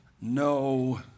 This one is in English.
no